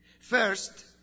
First